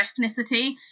ethnicity